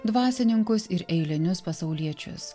dvasininkus ir eilinius pasauliečius